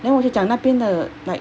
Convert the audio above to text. then 我就讲那边的 like